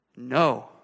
No